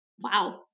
Wow